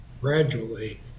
gradually